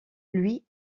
louis